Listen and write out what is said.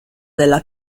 della